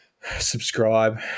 subscribe